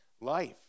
life